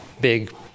big